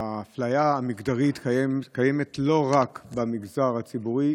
האפליה המגדרית קיימת לא רק במגזר הציבורי,